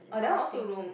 orh that one also Rome